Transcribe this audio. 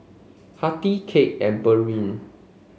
Hattie Kade and Burleigh